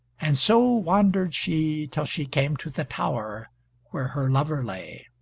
and so wandered she till she came to the tower where her lover lay.